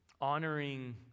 honoring